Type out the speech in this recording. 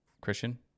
Christian